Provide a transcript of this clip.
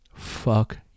Fuck